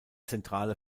zentrale